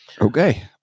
Okay